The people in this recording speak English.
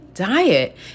Diet